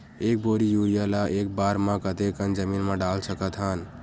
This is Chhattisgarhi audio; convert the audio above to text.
एक बोरी यूरिया ल एक बार म कते कन जमीन म डाल सकत हन?